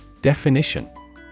Definition